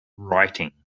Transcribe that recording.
writing